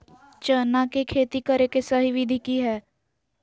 चना के खेती करे के सही विधि की हय?